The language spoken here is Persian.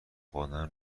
خواندن